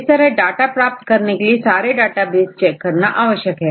इस तरह डाटा प्राप्त करने के लिए सारे डेटाबेस चेक करना आवश्यक है